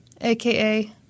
aka